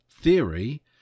Theory